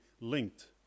linked